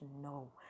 no